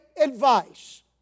Advice